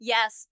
Yes